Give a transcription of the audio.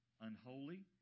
unholy